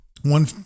One